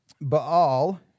Baal